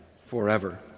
forever